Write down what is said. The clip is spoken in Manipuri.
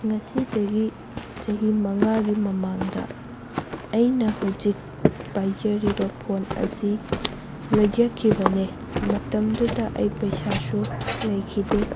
ꯉꯁꯤꯗꯒꯤ ꯆꯍꯤ ꯃꯉꯥꯒꯤ ꯃꯃꯥꯡꯗ ꯑꯩꯅ ꯍꯧꯖꯤꯛ ꯄꯥꯏꯖꯔꯤꯕ ꯐꯣꯟ ꯑꯁꯤ ꯂꯩꯖꯈꯤꯕꯅꯦ ꯃꯇꯝꯗꯨꯗ ꯑꯩ ꯄꯩꯁꯁꯨ ꯂꯩꯈꯤꯗꯦ